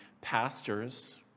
pastors